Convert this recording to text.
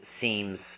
seems